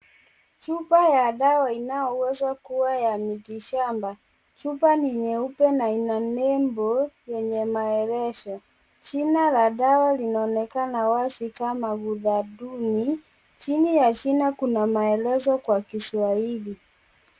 Chupa ya dawa inayoweza kuwa ya miti shamba, chupa ni nyeupe na ina nembo yenye maelelzo, jina la dawa linaonekana wazi kama udhaduni, chini ya jina kuna maelezo kwa Kiswahili.